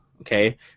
okay